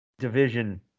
division